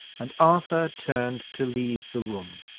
and arthur turned to leave the room.